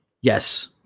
Yes